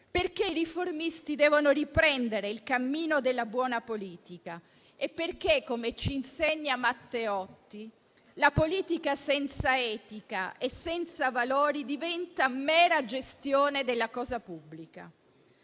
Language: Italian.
Paese. I riformisti devono riprendere il cammino della buona politica, perché - come ci insegna Matteotti - la politica senza etica e senza valori diventa mera gestione della cosa pubblica.